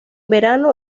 verano